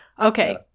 Okay